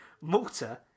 Malta